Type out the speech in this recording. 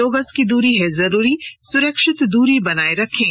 दो गज की दूरी है जरूरी सुरक्षित दूरी बनाए रखें